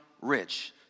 rich